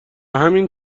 همین